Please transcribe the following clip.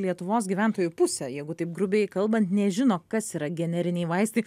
lietuvos gyventojų pusė jeigu taip grubiai kalbant nežino kas yra generiniai vaistai